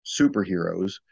superheroes